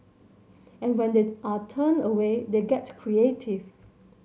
and when they are turned away they get creative